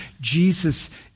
Jesus